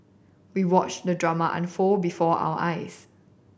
we watched the drama unfold before our eyes